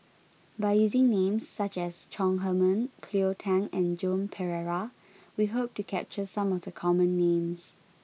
by using names such as Chong Heman Cleo Thang and Joan Pereira we hope to capture some of the common names